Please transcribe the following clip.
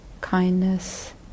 kindness